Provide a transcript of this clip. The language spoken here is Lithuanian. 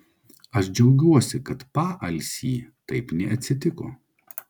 aš džiaugiuosi kad paalsy taip neatsitiko